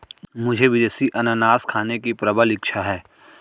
मुझे विदेशी अनन्नास खाने की प्रबल इच्छा है